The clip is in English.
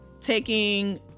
taking